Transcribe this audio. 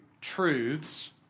truths